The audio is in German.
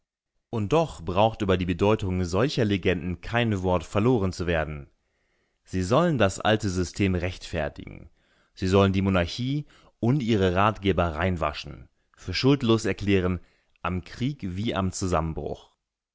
und doch braucht über die bedeutung solcher legenden kein wort verloren zu werden sie sollen das alte system rechtfertigen sie sollen die monarchie und ihre ratgeber reinwaschen für schuldlos erklären am krieg wie am zusammenbruch